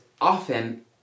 often